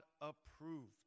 approved